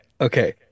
okay